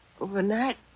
overnight